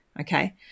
Okay